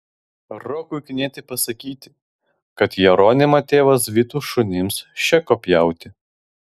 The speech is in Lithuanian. rokui knieti pasakyti kad jeronimą tėvas vytų šunims šėko pjauti